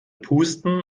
pusten